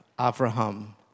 Abraham